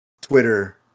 Twitter